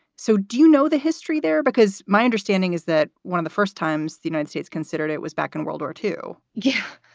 so do you know the history there? because my understanding is that one of the first times the united states considered it was back in world war two yeah,